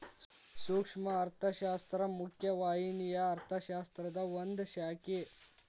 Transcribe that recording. ಸೂಕ್ಷ್ಮ ಅರ್ಥಶಾಸ್ತ್ರ ಮುಖ್ಯ ವಾಹಿನಿಯ ಅರ್ಥಶಾಸ್ತ್ರದ ಒಂದ್ ಶಾಖೆ